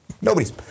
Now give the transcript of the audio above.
nobody's